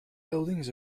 buildings